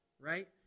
right